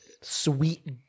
sweet